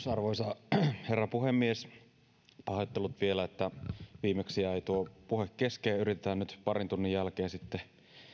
arvoisa herra puhemies pahoittelut vielä että viimeksi jäi tuo puhe kesken yritetään nyt parin tunnin jälkeen sitten